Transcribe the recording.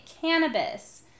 cannabis